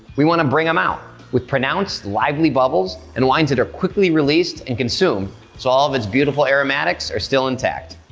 we wanna bring them out with pronounced, lively bubbles and wines that are quickly released and consumed so all of its beautiful aromatics are still intact.